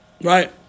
right